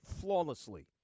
flawlessly